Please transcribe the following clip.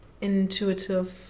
intuitive